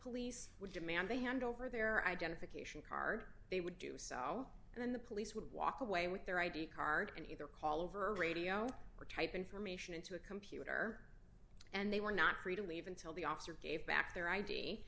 police would demand they hand over their identification card they would do sell and then the police would walk away with their id card and either call over a radio or type information into a computer and they were not free to leave until the officer gave back their i